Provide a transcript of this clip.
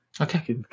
Okay